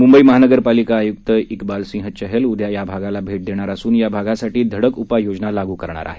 मुंबई महानगरपालिका आयुक्त इकबाल सिंग चहल उद्या या भागाला भेट देणार असून या भागासाठी धडक उपाययोजना लागू करणार आहेत